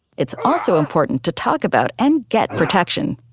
it's also important to talk about and get protection.